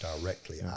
directly